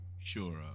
sure